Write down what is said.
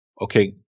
Okay